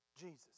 Jesus